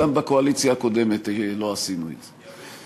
גם בקואליציה הקודמת לא עשינו את זה.